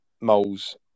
Moles